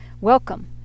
welcome